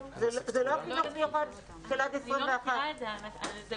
זה לא חינוך מיוחד של עד 21. האמת שאני לא מכירה את זה,